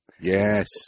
Yes